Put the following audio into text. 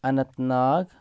Anant Nag